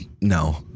no